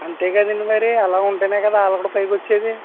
అంతే కదండి మరి అలాగుంటేనే కదా వాళ్ళు కూడా పైకొచ్చేది